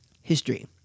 history